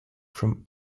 from